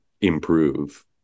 improve